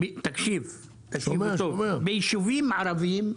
ביישובים ערביים,